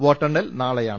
വോട്ടെണ്ണൽ നാളെയാണ്